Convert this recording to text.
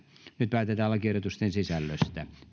nyt päätetään lakiehdotusten sisällöstä